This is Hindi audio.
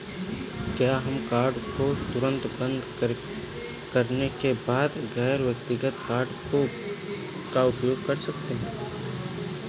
क्या हम कार्ड को तुरंत बंद करने के बाद गैर व्यक्तिगत कार्ड का उपयोग कर सकते हैं?